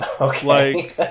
Okay